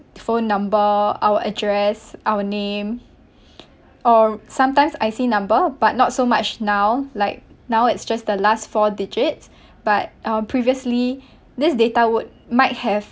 phone number our address our name or sometimes I_C number but not so much now like now it's just the last four digits but um previously this data would might have